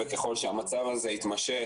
וככל שהמצב הזה התמשך,